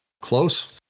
close